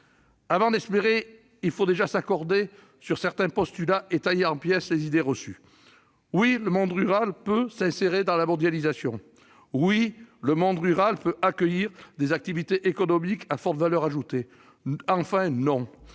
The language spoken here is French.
Avant d'espérer, il faut déjà s'accorder sur certains postulats et tailler en pièces les idées reçues : oui, le monde rural peut s'insérer dans la mondialisation ; oui, le monde rural peut accueillir des activités économiques à forte valeur ajoutée ; enfin, non,